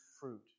fruit